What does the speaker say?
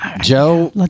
Joe